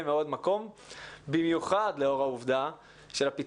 במיוחד לאור העובדה של הפיצול הבין-משרדי עכשיו.